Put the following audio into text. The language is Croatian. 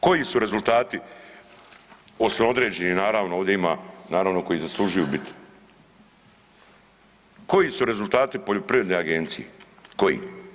Koji su rezultati … određeni naravno ovdje ima naravno koji zaslužuju biti, koji su rezultati poljoprivredne agencije, koji?